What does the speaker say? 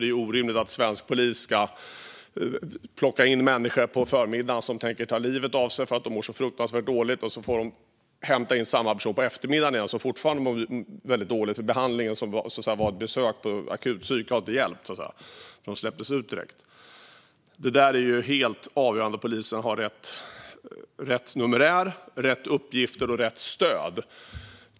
Det är orimligt att svensk polis på förmiddagen ska plocka in människor som tänker ta livet av sig för att de mår så fruktansvärt dåligt och sedan få hämta in samma personer igen på eftermiddagen eftersom de fortfarande mår väldigt dåligt då behandlingen - vilket i princip var ett besök på psykakuten, och sedan släpptes de ut - inte har hjälpt. Det är helt avgörande att polisen har rätt numerär, rätt uppgifter och rätt stöd.